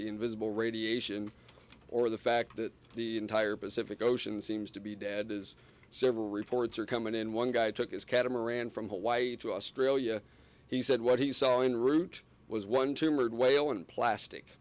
the invisible radiation or the fact that the entire pacific ocean seems to be dead is several reports are coming in one guy took his catamaran from hawaii to australia he said what he saw on route was one tumour whale in plastic